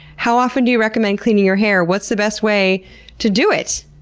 how often do you recommend cleaning your hair? what's the best way to do it?